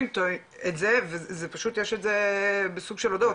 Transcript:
אתו את זה וזה פשוט יש את זה בסוג של הודעות,